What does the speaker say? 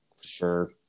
Sure